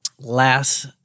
Last